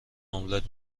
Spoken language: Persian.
املت